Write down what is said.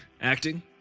Acting